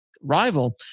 rival